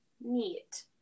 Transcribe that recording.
Neat